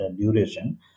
duration